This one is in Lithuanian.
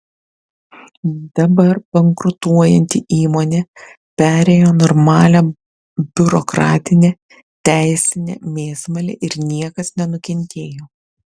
dabar bankrutuojanti įmonė perėjo normalią biurokratinę teisinę mėsmalę ir niekas nenukentėjo